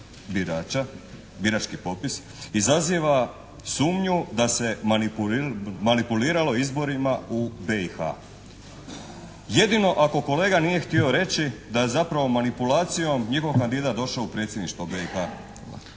birača, birački popis izaziva sumnju da se manipuliralo izborima u BiH. Jedino ako kolega nije htio reći da je zapravo manipulacijom njihov kandidat došao u Predsjedništvo BiH.